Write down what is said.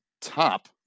top